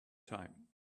time